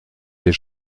des